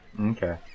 Okay